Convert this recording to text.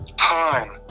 time